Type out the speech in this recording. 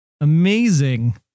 Amazing